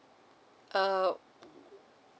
err